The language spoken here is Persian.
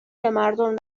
بمردم